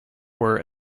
were